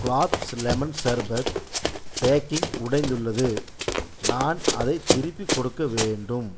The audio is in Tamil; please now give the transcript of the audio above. குலாப்ஸ் லெமன் சர்பத் பேக்கிங் உடைந்துள்ளது நான் அதைத் திருப்பிக் கொடுக்க வேண்டும்